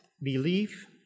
belief